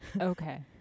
Okay